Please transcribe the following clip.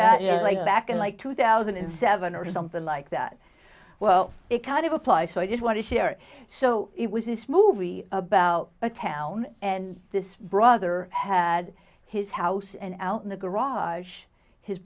like back in like two thousand and seven or something like that well it kind of apply so i just want to share so it was this movie about a town and this brother had his house and out in the garage his